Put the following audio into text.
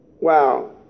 Wow